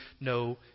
no